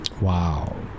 Wow